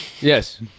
Yes